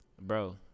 Bro